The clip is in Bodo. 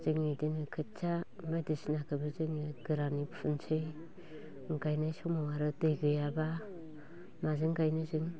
जों इदिनो खोथिया बायदिसिनाखोबो जोङो गोरानै फुनोसै गायनाय समाव आरो दै गैयाब्ला माजों गायनो जों